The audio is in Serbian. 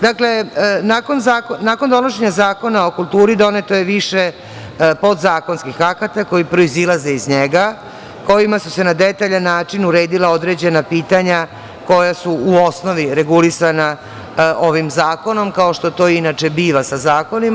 Dakle, nakon donošenja Zakona o kulturi, doneto je više podzakonskih akata koji proizilaze iz njega, kojima su se na detaljan način uredila određena pitanja koja su u osnovi regulisana ovim zakonom, kao što to inače biva sa zakonima.